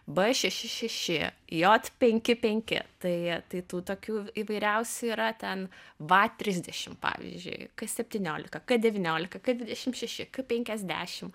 b šeši šeši j penki penki tai tai tų tokių įvairiausių yra ten va trisdešim pavyzdžiui k septyniolika k devyniolika dvidešim šeši k penkiasdešim